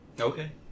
okay